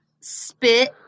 spit